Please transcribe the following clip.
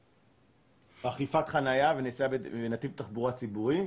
אכיפת חנייה ונסיעה בנתיב תחבורה ציבורית.